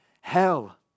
hell